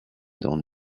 dans